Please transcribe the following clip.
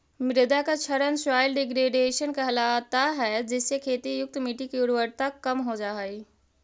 मृदा का क्षरण सॉइल डिग्रेडेशन कहलाता है जिससे खेती युक्त मिट्टी की उर्वरता कम हो जा हई